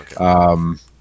Okay